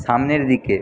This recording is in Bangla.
সামনের দিকে